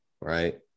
right